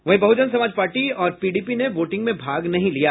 वहीं बहुजन समाज पार्टी और पीडीपी ने वोटिंग में भाग नहीं लिया